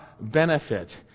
benefit